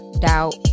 doubt